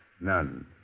None